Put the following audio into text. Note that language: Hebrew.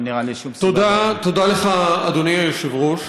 תודה לך, אדוני היושב-ראש.